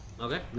Okay